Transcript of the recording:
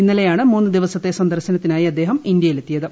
ഇന്നലെയാണ് മൂന്ന് ദിവസത്തെ സന്ദർശനത്തിനായി അദ്ദേഹം ഇന്ത്യയിലെത്തിയത്